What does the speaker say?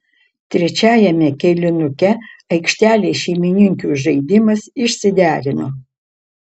trečiajame kėlinuke aikštelės šeimininkių žaidimas išsiderino